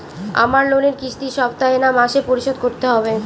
আমার লোনের কিস্তি সপ্তাহে না মাসে পরিশোধ করতে হবে?